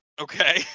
Okay